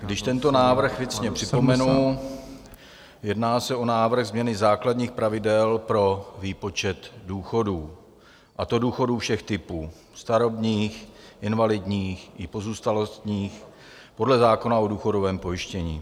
Když tento návrh věcně připomenu, jedná se o návrh změny základních pravidel pro výpočet důchodů, a to důchodů všech typů, starobních, invalidních i pozůstalostních, podle zákona o důchodovém pojištění.